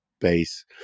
base